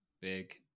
big